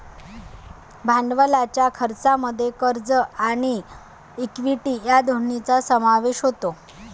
भांडवलाच्या खर्चामध्ये कर्ज आणि इक्विटी या दोन्हींचा समावेश होतो